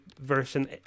version